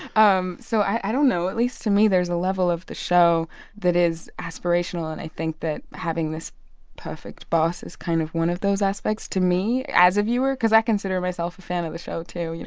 um so i don't know. at least to me, there's a level of the show that is aspirational. and i think that having this perfect boss is kind of one of those aspects to me as a viewer because i consider myself a fan of the show, too yeah you